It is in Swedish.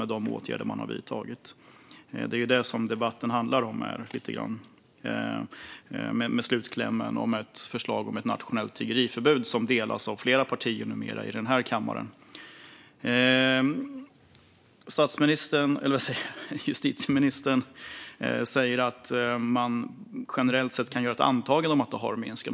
Det är ju detta som debatten handlar om, med slutklämmen om ett förslag om ett nationellt tiggeriförbud, som numera flera partier i den här kammaren instämmer i. Justitieministern säger att man generellt sett kan göra ett antagande om att tiggeriet har minskat.